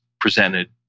presented